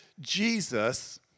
Jesus